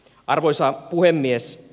arvoisa puhemies